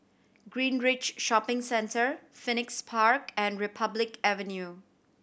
Greenridge Shopping Centre Phoenix Park and Republic Avenue